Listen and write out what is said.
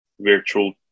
Virtual